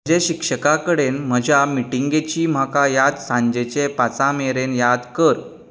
म्हजे शिक्षकाकडेन म्हज्या मिटींगेची म्हाका याद सांजेचे पांचांमेरेन याद कर